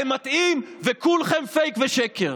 אתם מטעים, וכולכם פייק ושקר.